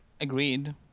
Agreed